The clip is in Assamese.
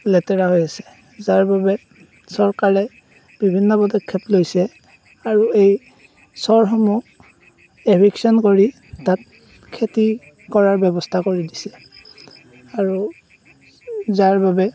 লেতেৰা হৈ আছে যাৰ বাবে চৰকাৰে বিভিন্ন পদক্ষেপ লৈছে আৰু এই চৰসমূহ এভিক্সন কৰি তাত খেতি কৰাৰ ব্যৱস্থা কৰি দিছে আৰু যাৰ বাবে